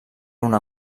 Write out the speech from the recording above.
una